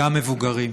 גם מבוגרים.